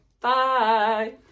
Bye